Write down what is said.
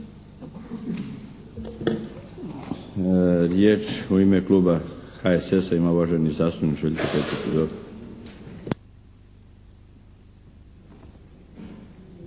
Riječ u ime Kluba HSS-a ima uvaženi zastupnik